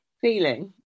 feeling